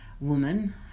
woman